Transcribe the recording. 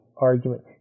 argument